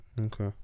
Okay